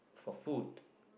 for food